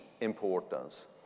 importance